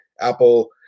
Apple